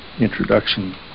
introduction